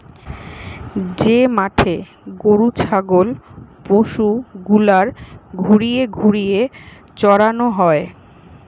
যে মাঠে গরু ছাগল পশু গুলার ঘুরিয়ে ঘুরিয়ে চরানো হয়